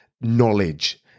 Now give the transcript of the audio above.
knowledge